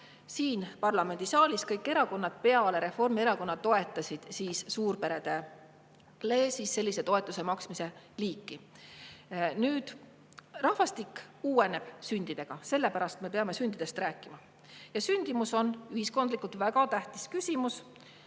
siin parlamendisaalis kõik erakonnad peale Reformierakonna olid toetanud suurperedele sellise toetuse maksmist. Rahvastik uueneb sündidega, sellepärast me peame sündidest rääkima. Sündimus on ühiskondlikult väga tähtis küsimus,